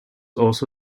also